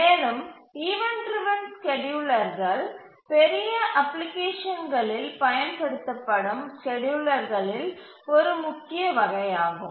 மேலும் event driven ஸ்கேட்யூலர்கள் பெரிய அப்ளிகேஷன்களில் பயன்படுத்தப்படும் ஸ்கேட்யூலர்களின் ஒரு முக்கிய வகையாகும்